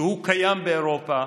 שהוא קיים באירופה,